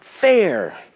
fair